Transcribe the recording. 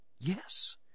Yes